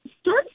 start